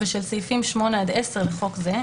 ושל סעיפים 8 עד 10 לחוק זה,